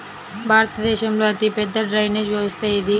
భారతదేశంలో అతిపెద్ద డ్రైనేజీ వ్యవస్థ ఏది?